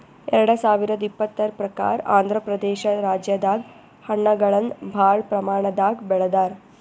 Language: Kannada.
ಎರಡ ಸಾವಿರದ್ ಇಪ್ಪತರ್ ಪ್ರಕಾರ್ ಆಂಧ್ರಪ್ರದೇಶ ರಾಜ್ಯದಾಗ್ ಹಣ್ಣಗಳನ್ನ್ ಭಾಳ್ ಪ್ರಮಾಣದಾಗ್ ಬೆಳದಾರ್